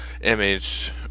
Image